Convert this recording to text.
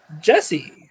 Jesse